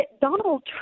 Donald